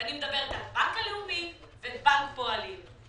ואני מדברת על בנק הלאומי ועל בנק הפועלים.